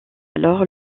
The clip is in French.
alors